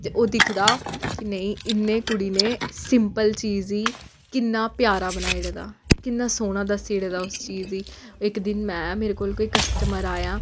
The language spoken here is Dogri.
ते ओह् दिखदा कि नेईं इन्ने कुड़ी ने सिंपल चीज गी किन्ना प्यारा बनाई ओड़े दा किन्ना सोह्ना दस्सी ओड़े दा उस चीज़ गी इक दिन में मेरे कोल कोई कस्टमर आया